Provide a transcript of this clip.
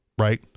Right